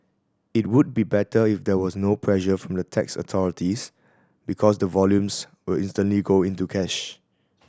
it would be better if there was no pressure from the tax authorities because the volumes will instantly go into cash